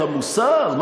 אות המוסר?